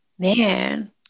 Man